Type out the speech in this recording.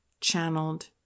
channeled